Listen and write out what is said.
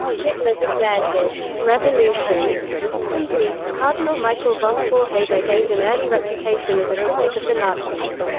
hitler declared his revolution complete cardinal michael von faulhaber gained an early reputation as a critic of the nazis.